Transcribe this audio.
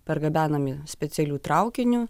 pargabenami specialiu traukiniu